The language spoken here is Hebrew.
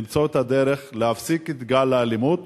למצוא את הדרך להפסיק את גל האלימות.